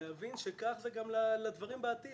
להבין שכך זה גם לדברים בעתיד,